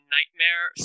Nightmare